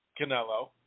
Canelo